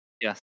Yes